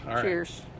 Cheers